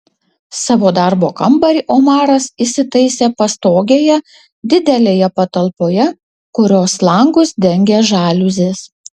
savo darbo kambarį omaras įsitaisė pastogėje didelėje patalpoje kurios langus dengė žaliuzės